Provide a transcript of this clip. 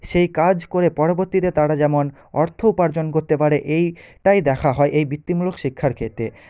সেই কাজ করে পরবর্তীতে তারা যেমন অর্থ উপার্জন করতে পারে এইটাই দেখা হয় এই বৃত্তিমূলক শিক্ষার ক্ষেত্রে